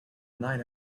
night